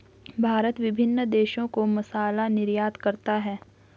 भारत विभिन्न देशों को मसाला निर्यात करता है